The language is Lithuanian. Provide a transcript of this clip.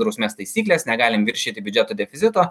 drausmės taisyklės negalim viršyti biudžeto deficito